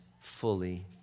fully